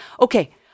Okay